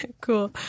Cool